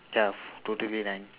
ya total be nine